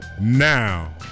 Now